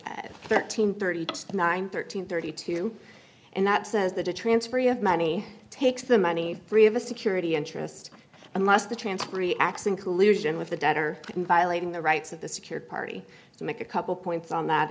is thirteen thirty nine thirteen thirty two and that says that a transfer of money takes the money free of a security interest unless the transfer acts in collusion with the debtor in violating the rights of the secured party to make a couple points on that